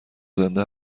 زنده